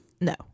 No